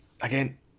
Again